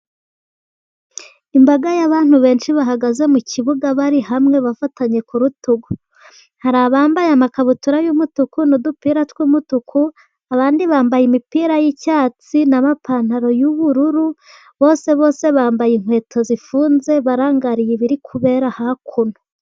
Imbaga y'abantu benshi bahagaze mu kibuga bari hamwe bafatanye ku rutugu, hari abambaye amakabutura y'umutuku n'udupira tw'umutuku. Abandi bambaye imipira y'icyatsi n'amapantaro y'ubururu, bose bambaye inkweto zifunze barangariye ibiri kubera hakuno.